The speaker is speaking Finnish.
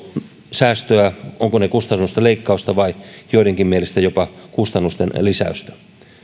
säästöä ovatko ne kustannusten leikkausta vai joidenkin mielestä jopa kustannusten lisäystä